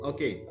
Okay